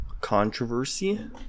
controversy